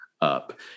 up